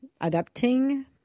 adapting